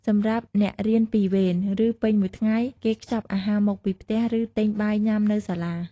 សម្រាប់អ្នករៀនពីរវេន ឬ ពេញមួយថ្ងៃ គេខ្ចប់អាហារមកពីផ្ទះ ឬ ទិញបាយញុាំនៅសាលា។